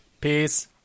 Peace